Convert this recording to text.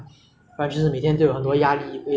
钱看医药费费全部都要钱:qian kan yi yao fei quan bu dou yao qian